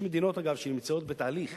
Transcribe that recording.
יש מדינות, אגב, שנמצאות בתהליך,